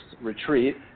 Retreat